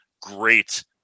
great